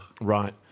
Right